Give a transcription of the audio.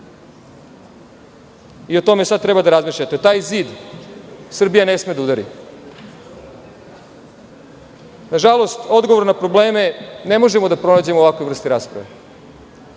i o tome sada treba da razmišljate. Taj zid Srbija ne sme da udari. Na žalost, odgovore na probleme ne možemo da pronađemo u ovakvoj vrsti rasprave,